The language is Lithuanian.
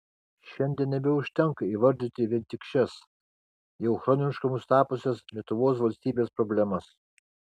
šiandien nebeužtenka įvardyti vien tik šias jau chroniškomis tapusias lietuvos valstybės problemas